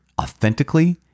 authentically